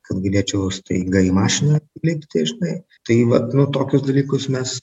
kad galėčiau aš staiga į mašiną lipti žinai tai vat nu tokius dalykus mes